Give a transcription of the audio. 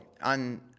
on